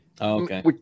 okay